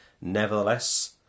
Nevertheless